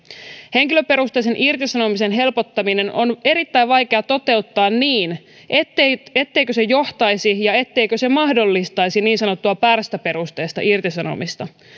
henkilöperusteisen irtisanomisen helpottaminen on erittäin vaikea toteuttaa niin etteikö se mahdollistaisi ja etteikö se johtaisi niin sanottuun pärstäperusteiseen irtisanomiseen